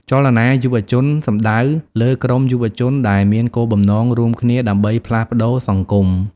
ចលនាយុវជនសំដៅលើក្រុមយុវជនដែលមានគោលបំណងរួមគ្នាដើម្បីផ្លាស់ប្ដូរសង្គម។